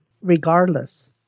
regardless